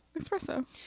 Espresso